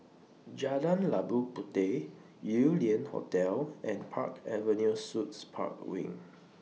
Jalan Labu Puteh Yew Lian Hotel and Park Avenue Suites Park Wing